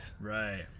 Right